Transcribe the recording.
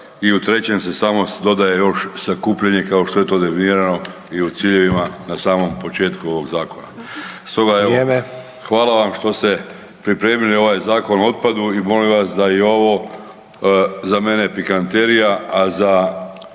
hvala vam što ste pripremili ovaj Zakon o otpadu i molim vas da i ovo, za mene je pikanterija, a za